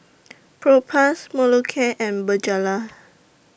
Propass Molicare and Bonjela